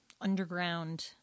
underground